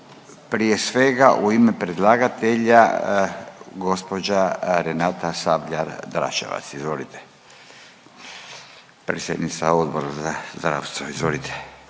Prije svega u ime predlagatelja gđa. Renata Sabljar-Dračevac, izvolite, predsjednica Odbora za zdravstvo, izvolite,